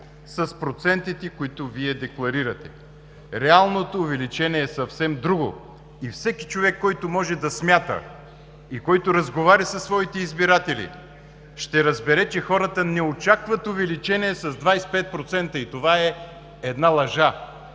с процентите, които Вие декларирате. Реалното увеличение е съвсем друго и всеки човек, който може да смята, и който разговаря със своите избиратели, ще разбере, че хората не очакват увеличение с 25%. Това е една лъжа!